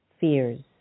fears